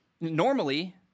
Normally